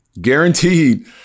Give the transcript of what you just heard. guaranteed